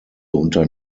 unter